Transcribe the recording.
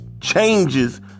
changes